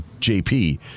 JP